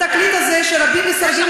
התקליט הזה, רבים מסרבים